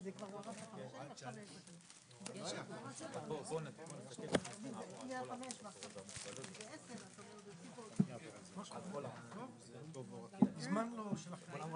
14:15.